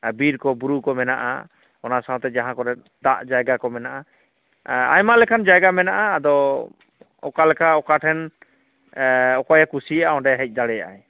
ᱵᱤᱨ ᱠᱚ ᱵᱩᱨᱩ ᱠᱚ ᱢᱮᱱᱟᱜᱼᱟ ᱚᱱᱟ ᱥᱟᱶᱛᱮ ᱡᱟᱦᱟᱸ ᱠᱚᱨᱮᱫ ᱫᱟᱜ ᱡᱟᱭᱜᱟ ᱠᱚ ᱢᱮᱱᱟᱜᱼᱟ ᱟᱭᱢᱟ ᱞᱮᱠᱟᱱ ᱡᱟᱭᱜᱟ ᱢᱮᱱᱟᱜᱼᱟ ᱟᱫᱚ ᱚᱠᱟᱞᱮᱠᱟ ᱚᱠᱟ ᱴᱷᱮᱱ ᱚᱠᱚᱭᱮ ᱠᱩᱥᱤᱭᱟᱜᱼᱟ ᱚᱸᱰᱮ ᱦᱮᱡ ᱫᱟᱲᱮᱭᱟᱜ ᱟᱭ